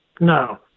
no